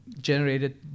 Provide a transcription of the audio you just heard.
generated